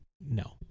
No